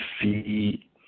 see